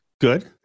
good